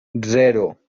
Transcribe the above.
zero